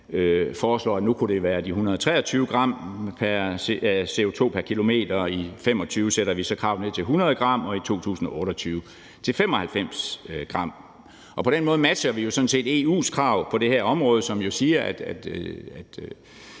foreslår, at nu kunne det være de 123 g CO2 pr. kilometer, i 2025 sætter vi så kravene til 100 g, og i 2028 til 95 g. På den måde matcher vi jo sådan set EU's krav på det her område, som siger, at